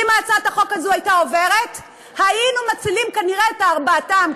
אם הצעת החוק הזאת הייתה עוברת היינו מצילים כנראה את ארבעתם,